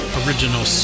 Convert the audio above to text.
original